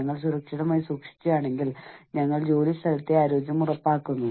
അതിനാൽ ഇതാണ് സൈക്കോസോഷ്യൽ എന്നതുകൊണ്ട് ഉദ്ദേശിക്കുന്നത്